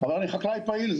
אבל אני חקלאי פעיל,